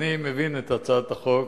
אני מבין את הצעת החוק,